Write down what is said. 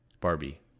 Barbie